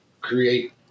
create